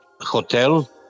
hotel